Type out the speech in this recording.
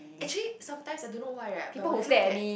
actually some times I don't know why right but when I look at